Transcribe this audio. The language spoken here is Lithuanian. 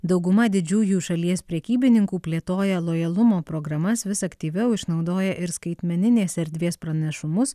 dauguma didžiųjų šalies prekybininkų plėtoja lojalumo programas vis aktyviau išnaudoja ir skaitmeninės erdvės pranašumus